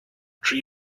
three